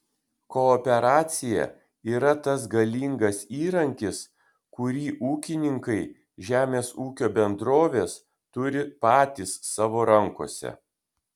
kooperacija yra tas galingas įrankis kurį ūkininkai žemės ūkio bendrovės turi patys savo rankose